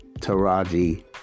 Taraji